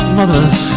mothers